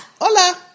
Hola